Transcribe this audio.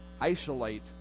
isolate